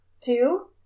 Two